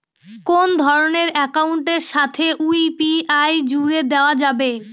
কোন ধরণের অ্যাকাউন্টের সাথে ইউ.পি.আই জুড়ে দেওয়া যাবে?